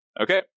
Okay